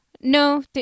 No